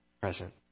present